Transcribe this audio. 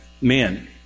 men